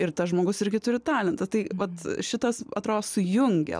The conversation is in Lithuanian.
ir tas žmogus irgi turi talentą tai vat šitas atrodo sujungia